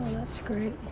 that's great.